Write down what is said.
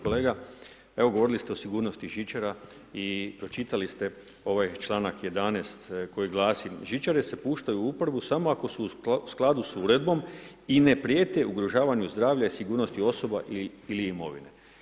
Kolega, evo govorili ste o sigurnosti žičara i pročitali ste ovaj članak 11. koji glasi: „Žičare se puštaju u uporabu samo ako su u skladu s uredbom i ne prijete ugrožavanju zdravlja i sigurnosti osoba ili imovine.